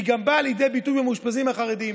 והיא גם באה לידי ביטוי במאושפזים החרדים.